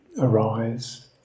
arise